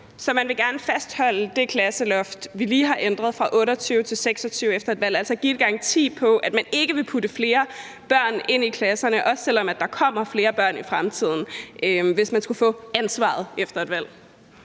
Så man vil gerne fastholde det klasseloft, vi lige har ændret fra 28 til 26, efter et valg, altså give en garanti for, at man ikke vil putte flere børn ind i klasserne, også selv om der kommer flere børn i fremtiden, hvis man skulle få ansvaret efter et valg?